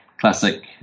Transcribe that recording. classic